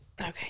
okay